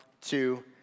Two